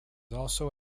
also